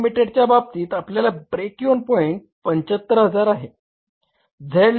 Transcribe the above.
Ltd च्या बाबतीत आपले ब्रेक इव्हन पॉईंट 75000 आहे